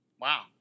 Wow